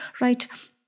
right